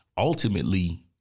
Ultimately